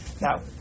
now